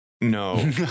No